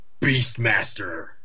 Beastmaster